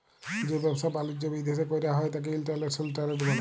যে ব্যাবসা বালিজ্য বিদ্যাশে কইরা হ্যয় ত্যাকে ইন্টরন্যাশনাল টেরেড ব্যলে